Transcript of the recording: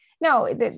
no